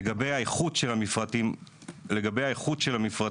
לגבי איכות המפרטים האחידים,